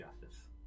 justice